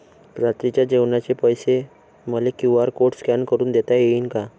रात्रीच्या जेवणाचे पैसे मले क्यू.आर कोड स्कॅन करून देता येईन का?